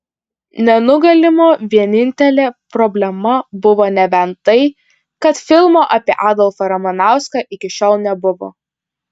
nenugalimo vienintelė problema buvo nebent tai kad filmo apie adolfą ramanauską iki šiol nebuvo